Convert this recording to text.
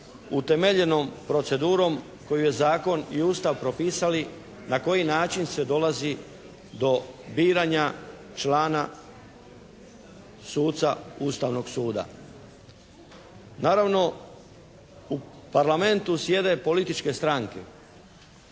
utemeljenom procedurom koju je zakon i Ustav propisali na koji način se dolazi do biranja člana suca Ustavnog suda. Naravno u Parlamentu sjede političke stranke.